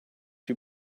you